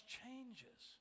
changes